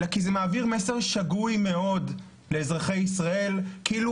אלא כי זה מעביר מסר שגוי מאד לאזרחי ישראל כאילו